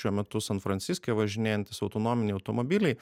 šiuo metu san franciske važinėjantys autonominiai automobiliai